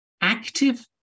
Active